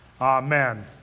Amen